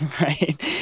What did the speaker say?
right